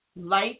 light